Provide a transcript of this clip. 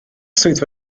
swyddfa